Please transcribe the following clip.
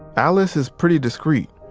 alice is pretty discreet.